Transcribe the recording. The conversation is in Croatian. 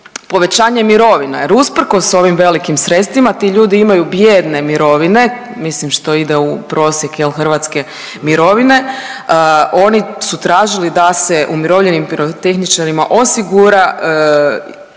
povećanje mirovina jer usprkos ovim velikim sredstvima ti ljudi imaju bijedne mirovine, mislim što ide u prosjek jel hrvatske mirovine, oni su tražili da se umirovljenim pirotehničarima osigura